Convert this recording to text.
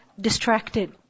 distracted